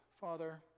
Father